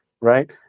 right